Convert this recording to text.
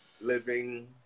living